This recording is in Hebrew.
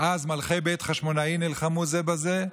אז מלכי בית חשמונאי נלחמו זה בזה,